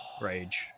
Rage